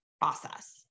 process